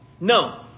No